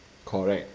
correct